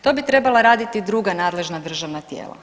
To bi trebala radi druga nadležna državna tijela.